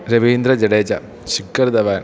Ravindra Jadeja Shikhar Dhawan